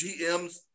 GMs